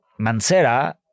Mancera